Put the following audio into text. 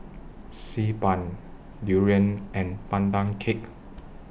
Xi Ban Durian and Pandan Cake